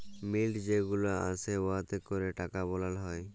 মিল্ট যে গুলা আসে উয়াতে ক্যরে টাকা বালাল হ্যয়